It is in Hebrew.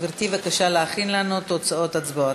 גברתי, בבקשה להכין לנו תוצאות ההצבעות.